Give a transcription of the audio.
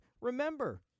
Remember